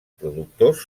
productors